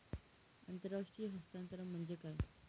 आंतरराष्ट्रीय हस्तांतरण म्हणजे काय?